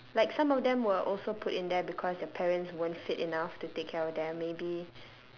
like some of them were also put in there because their parents weren't fit enough to take care of them maybe